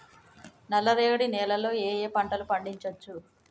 నల్లరేగడి నేల లో ఏ ఏ పంట లు పండించచ్చు?